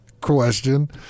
question